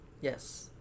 Yes